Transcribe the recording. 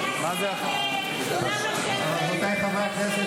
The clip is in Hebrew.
חברי הכנסת,